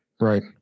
right